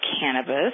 cannabis